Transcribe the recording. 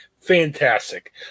Fantastic